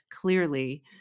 clearly